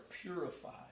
purified